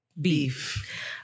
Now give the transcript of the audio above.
Beef